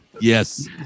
Yes